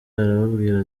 arababwira